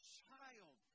child